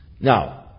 Now